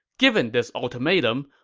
given this ultimatum,